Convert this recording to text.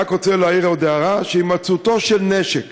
אני רק רוצה להעיר עוד הערה, שהימצאותו של נשק